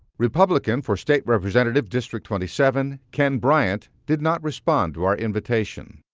republican for state representative, district twenty seven, ken bryant, did not respond to our invitation